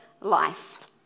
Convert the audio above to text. life